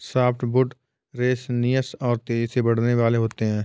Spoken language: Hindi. सॉफ्टवुड रेसनियस और तेजी से बढ़ने वाले होते हैं